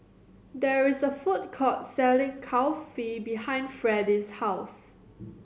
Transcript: there is a food court selling Kulfi behind Fredie's house